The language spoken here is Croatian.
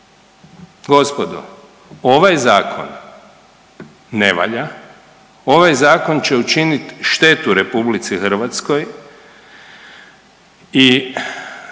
Gospodo ovaj zakon ne valja, ovaj zakon će učiniti štetu RH i svatko onaj